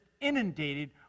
inundated